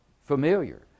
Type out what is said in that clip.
familiar